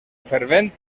fervent